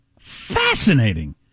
fascinating